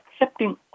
accepting